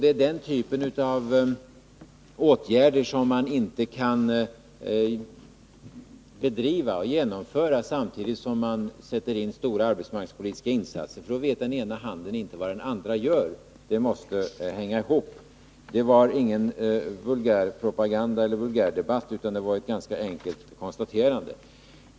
Det är en typ av åtgärder som man inte kan vidta samtidigt som man gör stora arbetsmarknadspolitiska insatser. För då vet den ena handen inte vad den andra gör. Det hela måste hänga ihop. Jag förde alltså ingen vulgärdebatt utan gjorde bara ett ganska enkelt konstaterande.